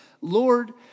Lord